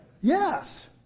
Yes